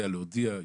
יודע להודיע,